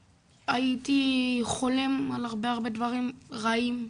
הייתי חולם על הרבה הרבה דברים רעים,